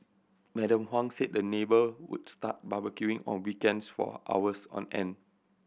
Madam Huang said the neighbour would start barbecuing on weekends for hours on end